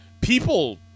People